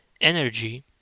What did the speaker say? energy